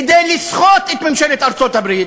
כדי לסחוט את ממשלת ארצות-הברית,